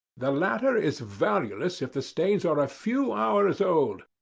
the latter is valueless if the stains are a few hours old.